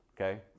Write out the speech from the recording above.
okay